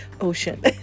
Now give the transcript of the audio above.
ocean